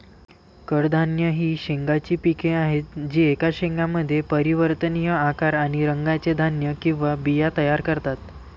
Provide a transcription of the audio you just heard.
कडधान्ये ही शेंगांची पिके आहेत जी एकाच शेंगामध्ये परिवर्तनीय आकार आणि रंगाचे धान्य किंवा बिया तयार करतात